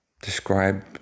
describe